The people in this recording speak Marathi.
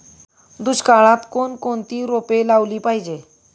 दुष्काळात कोणकोणती रोपे लावली पाहिजे?